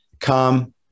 come